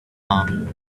arm